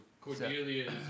Cordelia